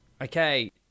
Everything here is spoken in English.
Okay